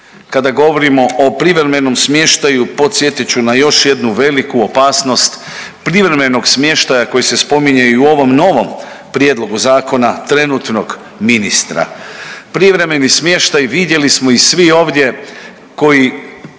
Kada govorimo o privremenom smještaju podsjetit ću na još jednu veliku opasnost privremenog smještaja koji se spominje i u ovom novom prijedlogu zakona trenutnog ministra. Privremeni smještaj vidjeli smo i svi ovdje koji